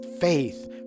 faith